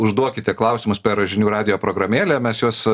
užduokite klausimus per žinių radijo programėlę mes juos